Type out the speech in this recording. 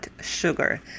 sugar